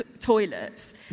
toilets